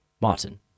Martin